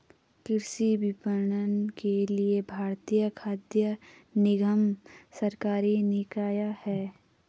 कृषि विपणन के लिए भारतीय खाद्य निगम सरकारी निकाय है